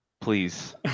please